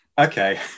okay